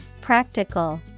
Practical